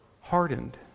hardened